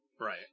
Right